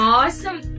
awesome